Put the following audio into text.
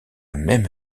même